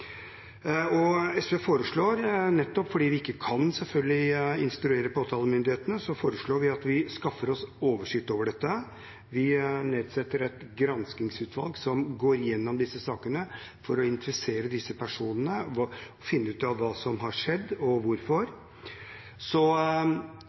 SV foreslår, nettopp fordi vi selvfølgelig ikke kan instruere påtalemyndigheten, at vi skaffer oss en oversikt over dette ved at vi nedsetter et granskingsutvalg som går gjennom disse sakene for å identifisere disse personene, finne ut av hva som har skjedd, og hvorfor.